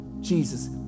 Jesus